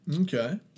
okay